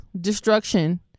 destruction